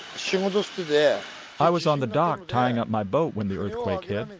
sort of yeah i was on the dock, tying up my boat when the earthquake hit.